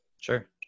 Sure